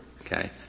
Okay